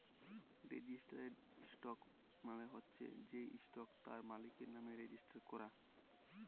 registered stock মালে হচ্যে যে ইসটকট তার মালিকের লামে রেজিস্টার ক্যরা